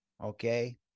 okay